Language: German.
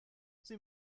sie